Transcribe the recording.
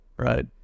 Right